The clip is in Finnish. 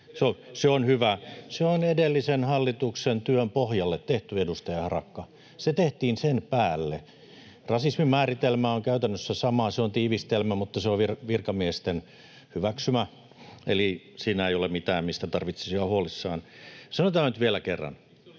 — Se on edellisen hallituksen työn pohjalle tehty, edustaja Harakka. Se tehtiin sen päälle. Rasismin määritelmä on käytännössä sama. Se on tiivistelmä, mutta se on virkamiesten hyväksymä, eli siinä ei ole mitään, mistä tarvitsisi olla huolissaan. [Timo Harakka: Miksi se